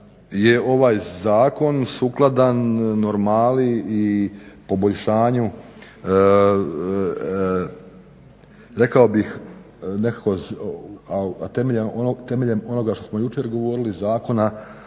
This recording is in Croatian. ovaj zakon sukladan normali i poboljšanju rekao bih a temeljem onoga što smo jučer govorili Zakona